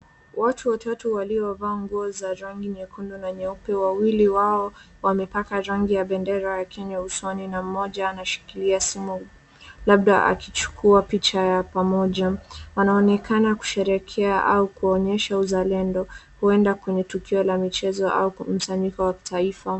Watu watatu waliovaa nguo za rangi nyekundu na nyeupe. Wawili wao wamepaka rangi ya bendera ya Kenya usoni na mmoja anashikilia simu, labda akichukua picha ya pamoja. Wanaonekana kusherehekea au kuonyesha uzalendo, huenda kwenye tukio la michezo au mkusanyiko wa kitaifa.